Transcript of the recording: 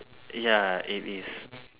ya it is